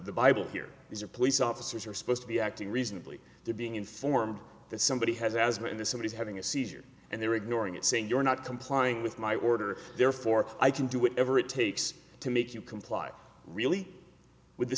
the bible here these are police officers you're supposed to be acting reasonably they're being informed that somebody has asthma and this and he's having a seizure and they're ignoring it saying you're not complying with my order therefore i can do whatever it takes to make you comply really with the